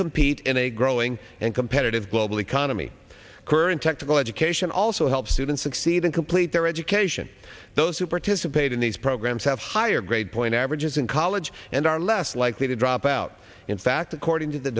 compete in a growing and competitive global economy current technical education also help students succeed and complete their education those who participate in these programs have higher grade point averages in college and are less likely to drop out in fact according to the